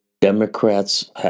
Democrats